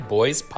Boys